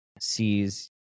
sees